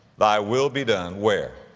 thy will be done, where?